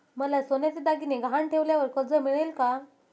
मला सोन्याचे दागिने गहाण ठेवल्यावर कर्ज मिळेल का?